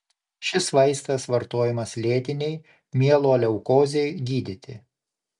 šis vaistas vartojamas lėtinei mieloleukozei gydyti